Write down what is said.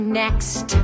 next